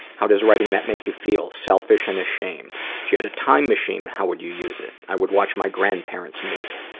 how does writing that make you feel? selfish and ashamed. if you had a time machine, how would you use it? i would watch my grandparents meet.